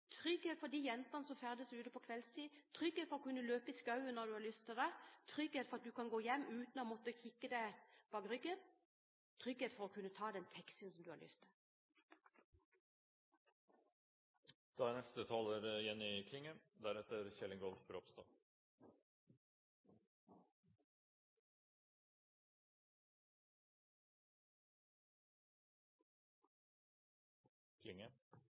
trygghet for de jentene som ferdes ute på kveldstid, trygghet for å kunne løpe i skogen når du har lyst til det, trygghet for at du kan gå hjem uten å måtte kikke deg bak ryggen, trygghet for å kunne ta den taxien du har lyst til. Valdtekt er